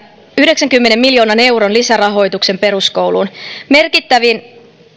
yhdeksänkymmenen miljoonan euron lisärahoituksen peruskouluun merkittävin